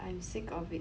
I'm sick of it